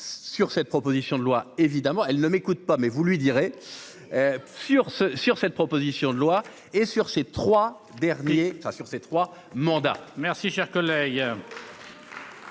Sur cette proposition de loi évidemment, elle ne m'écoute pas mais vous lui direz. Sur ce, sur cette proposition de loi et sur ces 3 derniers enfin sur ces trois. Mandat. Merci cher collègue.